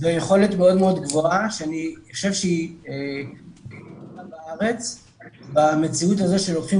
ויכולת מאוד מאוד גבוהה שאני חושב שהיא מהגבוהות בארץ במציאות הזו שלוקחים